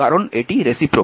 কারণ এটি রেসিপ্রোকাল